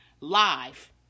live